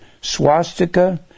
swastika